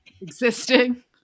existing